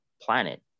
planet